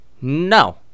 No